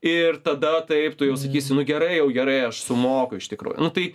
ir tada taip tu jau sakysi nu gerai jau gerai aš sumoku iš tikro nu tai